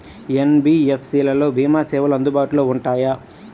NBFC లలో భీమా సేవలు అందుబాటులో ఉంటాయా?